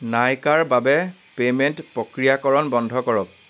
নাইকাৰ বাবে পে'মেণ্ট প্ৰক্ৰিয়াকৰণ বন্ধ কৰক